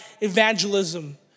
evangelism